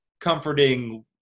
comforting